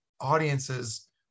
audiences